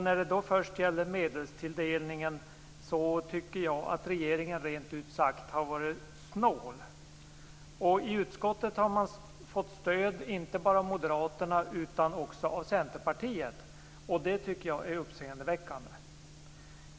När det gäller medelstilldelningen tycker jag att regeringen rent ut sagt varit snål. I utskottet får man stöd inte bara av Moderaterna utan också av Centerpartiet. Det tycker jag är uppseendeväckande.